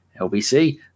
LBC